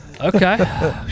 Okay